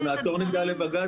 אנחנו נעתור לבג"ץ.